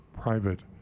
private